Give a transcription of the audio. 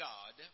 God